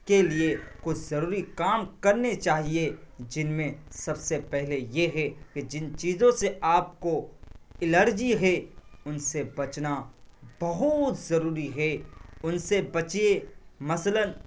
کے لیے کچھ ضروری کام کرنے چاہیے جن میں سب سے پہلے یہ ہے کہ جن چیزوں سے آپ کو الرجی ہے ان سے بچنا بہت ضروری ہے ان سے بچیے مثلاً